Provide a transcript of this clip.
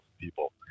people